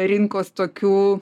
rinkos tokių